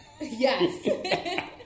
Yes